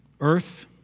earth